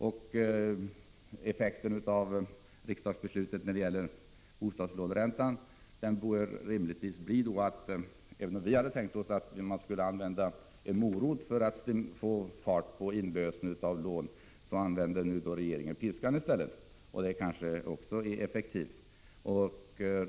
Resultatet av riksdagsbeslutet när det gäller bostadslåneräntan bör sannolikt bli det som vi tidigare åsyftade, även om vi hade tänkt oss att man skulle använda en morot för att få fart på inlösenverksamheten. Regeringen använder i stället piskan, och det kanske också är effektivt.